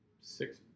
six –